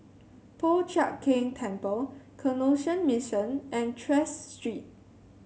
Po Chiak Keng Temple Canossian Mission and Tras Street